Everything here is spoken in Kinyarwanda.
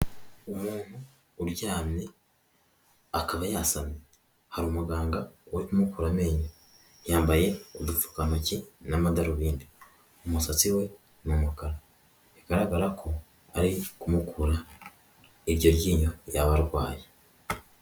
Umuntu uryamye akaba yasamye, hari umuganga uri kumukura amenyo, yambaye udupfukantoki n'amadarubindi, umusatsi we ni umukara, bigaragara ko ari kumukura iryo ryinyo yaba arwaye.